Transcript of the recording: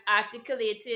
articulated